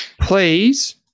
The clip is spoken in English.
Please